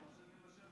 אתה מרשה לי לשבת,